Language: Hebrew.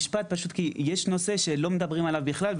משפט פשוט כי יש נושא שלא מדברים עליו בכלל,